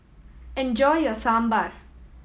enjoy your Sambar